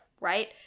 right